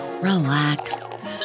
Relax